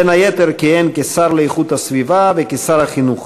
בין היתר כיהן כשר לאיכות הסביבה וכשר החינוך.